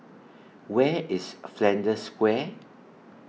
Where IS Flanders Square